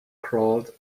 crawled